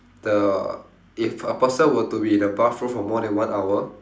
the if a person would to be in the bathroom for more than one hour